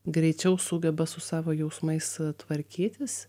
greičiau sugeba su savo jausmais tvarkytis